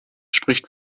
spricht